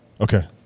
Okay